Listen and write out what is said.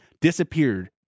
disappeared